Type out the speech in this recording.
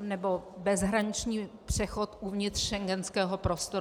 nebo bezhraniční přechod uvnitř schengenského prostoru.